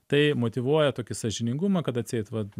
tai motyvuoja tokį sąžiningumą kad atseit vat